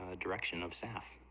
ah direction of staff